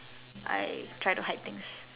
I try to hide things